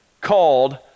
called